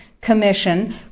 commission